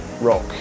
rock